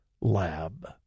lab